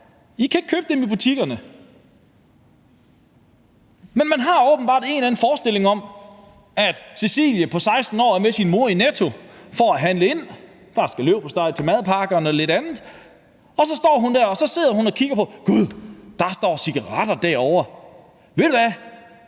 I kan ikke købe dem i butikkerne. Men man har åbenbart en eller anden forestilling om, at Cecilie på 16 år er med sin mor i Netto for at handle ind – der skal leverpostej til madpakkerne og lidt andet – og at hun så står der og kigger og siger: Gud, der står cigaretter derovre, ved du hvad,